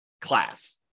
class